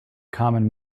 common